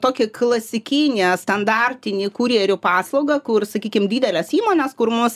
tokį klasikinę standartinį kurjerių paslaugą kur sakykim didelės įmonės kur mus